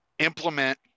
implement